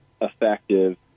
effective